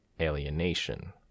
Alienation